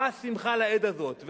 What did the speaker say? מה השמחה לאיד הזאת?